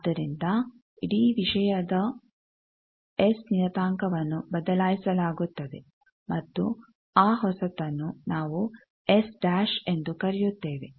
ಆದ್ದರಿಂದ ಇಡೀ ವಿಷಯದ ಎಸ್ ನಿಯತಾಂಕವನ್ನು ಬದಲಾಯಿಸಲಾಗುತ್ತದೆ ಮತ್ತು ಆ ಹೊಸತನ್ನು ನಾವು ಎಸ್ ಡ್ಯಾಷ್ ಎಂದು ಕರೆಯುತ್ತೇವೆ